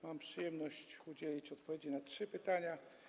Mam przyjemność udzielić odpowiedzi na trzy pytania.